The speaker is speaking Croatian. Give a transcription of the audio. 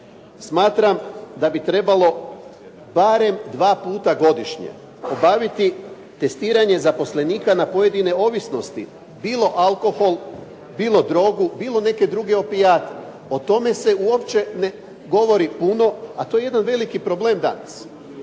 smatram da bi trebalo barem 2 puta godišnje obaviti testiranje zaposlenika na pojedine ovisnosti, bilo alkohol, bilo drogu, bilo neke druge opijate. O tome se uopće ne govori puno, a to je jedan veliki problem danas.